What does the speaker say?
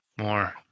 more